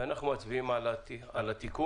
אנחנו מצביעים על התיקון.